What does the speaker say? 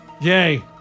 yay